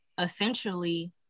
essentially